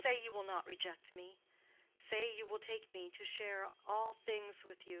say you will not reject me say you will take me to share all things with you.